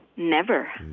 never,